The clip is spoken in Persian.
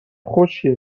خشکه